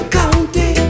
county